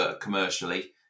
commercially